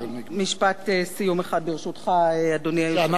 אז משפט סיום אחד, ברשותך, אדוני היושב-ראש.